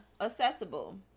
Accessible